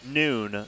noon